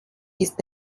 ist